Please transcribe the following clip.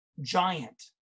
Giant